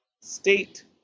state